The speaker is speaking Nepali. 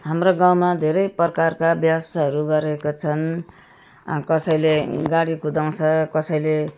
हाम्रो गाउँमा धेरै प्रकारका व्यवसायहरू गरेका छन् कसैले गाडी कुदाउँछ कसैले